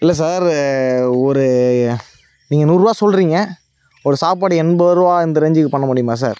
இல்லை சார் ஒரு நீங்கள் நூறுபா சொல்கிறீங்க ஒரு சாப்பாடு எண்பது ரூபா அந்த ரேஞ்சுக்கு பண்ண முடியுமா சார்